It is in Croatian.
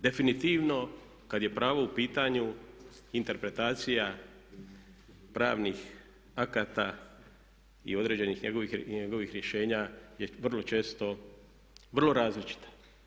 Definitivno kad je pravo u pitanju interpretacija pravnih akata i određenih njegovih rješenja je vrlo često vrlo različita.